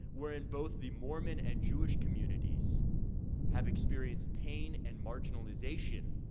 where in both the mormon and jewish communities have experienced pain and marginalization